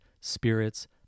spirits